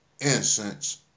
Incense